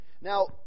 Now